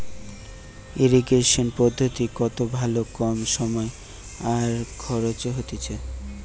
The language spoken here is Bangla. ইরিগেশন পদ্ধতি কত ভালো কম সময় আর খরচে হতিছে